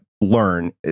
learn